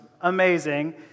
amazing